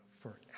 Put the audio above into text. forever